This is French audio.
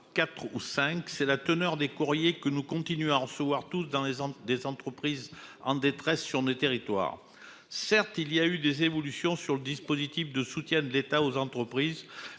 4 ou 5, c'est la teneur des courriers que nous continuons à recevoir tous dans les ventes des entreprises en détresse sur nos territoires. Certes il y a eu des évolutions sur le dispositif de soutien de l'État aux entreprises